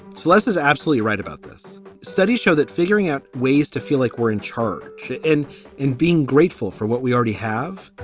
celeste is absolutely right about this. studies show that figuring out ways to feel like we're in charge and and being grateful for what we already have,